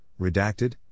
redacted